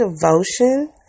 devotion